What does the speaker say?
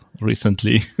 recently